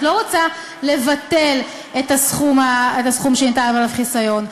את לא רוצה לבטל את הסכום שניתן עליו חיסיון,